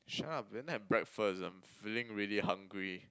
shut up I didn't have breakfast I'm feeling really hungry